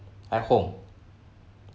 at home